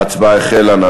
ההצבעה החלה.